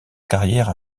carrière